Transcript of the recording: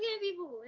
people